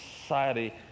society